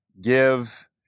give